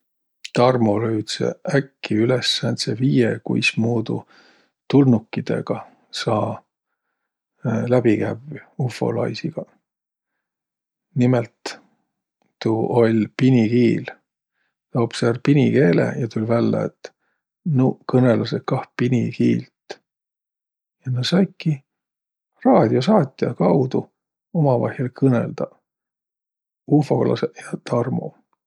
Tarmo löüdse äkki üles sääntse viie, kuis tulnukidõga saa läbi kävvüq, ufolaisigaq. Nimel tuu oll' pinikiil. Tä opsõ ärq pinikeele ja tull' vällä et nuuq kõnõlasõq kah pinikiilt. Ja nä saiki raadiosaatja kaudu umavaihõl kõnõldaq, ufolasõq ja Tarmo.